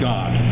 God